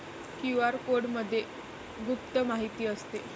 QR कोडमध्ये गुप्त माहिती असते